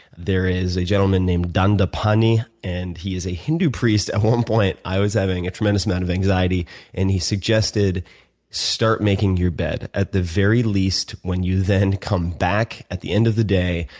there is a gentleman named dandapani, and he is a hindu priest. at one point i was having a tremendous amount of anxiety and he suggested start making your bed. at the very least, when you then come back at the end of the day,